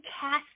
cast